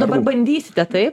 dabar bandysite taip